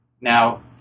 Now